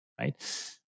Right